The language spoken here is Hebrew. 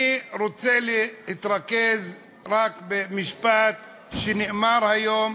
אני רוצה להתרכז רק במשפט שנאמר היום,